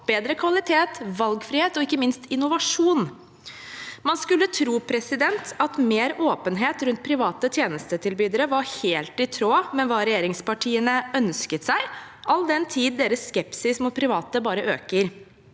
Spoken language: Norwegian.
bedre kvalitet, valgfrihet og ikke minst innovasjon. Man skulle tro at mer åpenhet rundt private tjenestetilbydere var helt i tråd med hva regjeringspartiene ønsket seg, all den tid deres skepsis mot private bare øker.